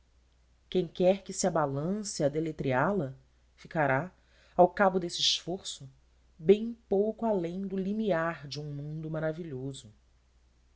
quem quer que se abalance a deletreá la ficará ao cabo desse esforço bem pouco além do limiar de um mundo maravilhoso